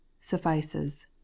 suffices